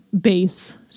base